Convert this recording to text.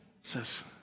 says